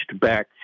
back